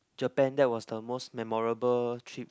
Japan that was the most memorable trip